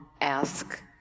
ask